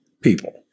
people